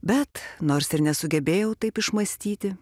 bet nors ir nesugebėjau taip išmąstyti